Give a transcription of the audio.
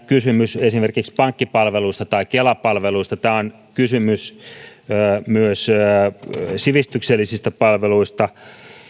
kysymys pelkästään esimerkiksi pankkipalveluista tai kela palveluista tämä on kysymys myös sivistyksellisistä palveluista